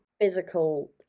physical